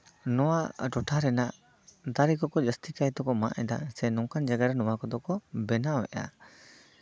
ᱱᱚᱣᱟ ᱴᱚᱴᱷᱟ ᱨᱮᱱᱟᱜ ᱫᱟᱨᱮ ᱠᱚᱠᱚ ᱡᱟᱹᱥᱛᱤ ᱠᱟᱭᱛᱮᱠᱚ ᱢᱟᱜ ᱮᱫᱟ ᱥᱮ ᱱᱚᱝᱠᱟᱱ ᱡᱟᱭᱜᱟᱨᱮ ᱱᱚᱣᱟ ᱠᱚᱫᱚ ᱠᱚ ᱵᱮᱱᱟᱣ ᱮᱜᱼᱟ